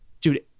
Dude